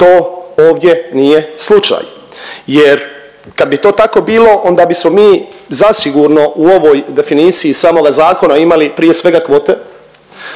to ovdje nije slučaj. Jer kad bi to tako bilo onda bismo mi zasigurno u ovoj definiciji samoga zakona imali prije svega kvote,